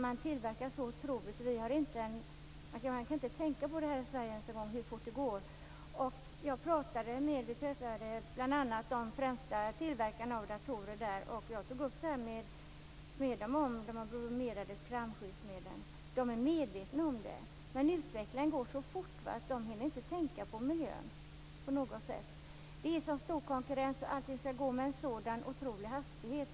Man tillverkar otroligt mycket; vi i Sverige kan inte ens tänka oss hur fort det går. Jag träffade bl.a. representanter för de främsta tillverkarna av datorer där och tog då upp de bromerade flamskyddsmedlen. De är medvetna om problemet, men utvecklingen går så fort att de inte på något sätt hinner tänka på miljön. Det är en sådan stor konkurrens, och allting skall gå med en sådan otrolig hastighet.